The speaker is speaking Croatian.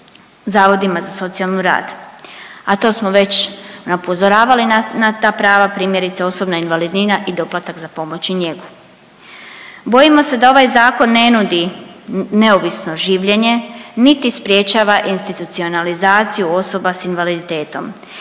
zavodima za socijalni rad, a to smo već upozoravali na ta prava, primjerice, osobna invalidnina i doplatak za pomoć i njegu. Bojimo se da ovaj Zakon ne nudi neovisno življenje niti sprječava institucionalizaciju osoba s invaliditetom